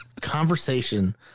conversation